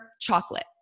chocolate